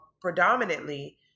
predominantly